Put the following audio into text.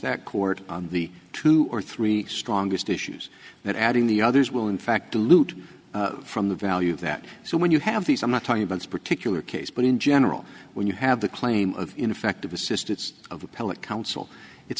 that court on the two or three strongest issues that adding the others will in fact dilute from the value of that so when you have these i'm not talking about particular case but in general when you have the claim of ineffective assistance of appellate counsel it's